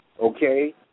Okay